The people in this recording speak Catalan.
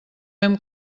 hem